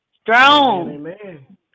Strong